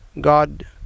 God